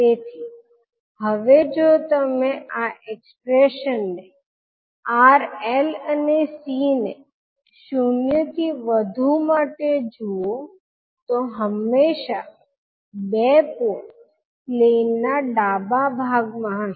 તેથી હવે જો તમે આ એક્સ્પ્રેશન ને r l અને c ને શૂન્યથી વધુ માટે જુઓ તો હંમેશા બે પોલ પ્લેન ના ડાબા ભાગમાં હશે